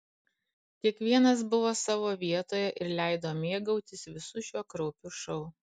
kiekvienas buvo savo vietoje ir leido mėgautis visu šiuo kraupiu šou